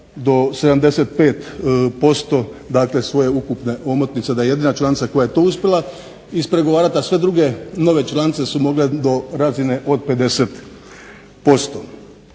dakle svoje ukupne omotnice, da je jedina članica koja je to uspjela ispregovarati, a sve druge nove članice su mogle do razine od 50%.